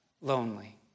lonely